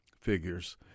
figures